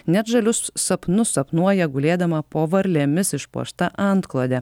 net žalius sapnus sapnuoja gulėdama po varlėmis išpuošta antklode